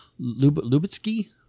Lubitsky